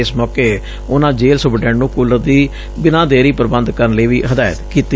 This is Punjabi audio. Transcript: ਇਸ ਮੌਕੇ ਉਨੂਾ ਜੇਲੂ ਸੁਪਰਡੈਂਟ ਨੂੰ ਕੂਲਰ ਦੀ ਬਿਨਾ ਦੇਰੀ ਪ੍ਬੰਧ ਕਰਨ ਲਈ ਵੀ ਹਿਦਾਇਤ ਕੀਤੀ